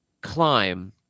climb